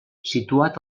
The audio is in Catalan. situat